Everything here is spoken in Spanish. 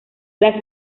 las